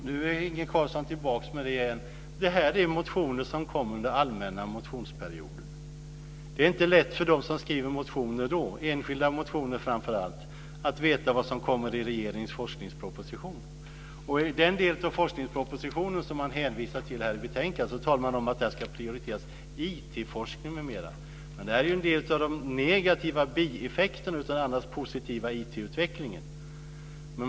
Fru talman! Nu har Inge Carlsson kommit tillbaka till det här igen. Det här är motioner som kom under allmänna motionsperioden. Det är inte lätt för dem som då skriver motioner, framför allt enskilda motioner, att veta vad som kommer i regeringens forskningsproposition. I den delen av forskningspropositionen som man hänvisar till här i betänkandet talar man om att IT-forskning m.m. ska prioriteras. Men det här är ju en del av de negativa bieffekterna av den annars positiva IT-utvecklingen.